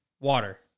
Water